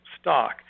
stock